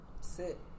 sit